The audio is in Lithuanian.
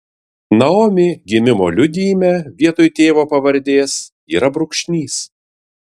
naomi gimimo liudijime vietoj tėvo pavardės yra brūkšnys